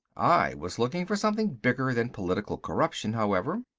i was looking for something bigger than political corruption, however.